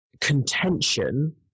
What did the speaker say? contention